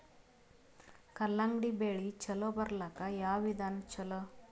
ಕಲ್ಲಂಗಡಿ ಬೆಳಿ ಚಲೋ ಬರಲಾಕ ಯಾವ ವಿಧಾನ ಚಲೋ?